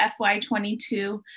FY22